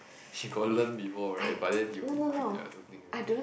you got learn before right but then you quit ah something like that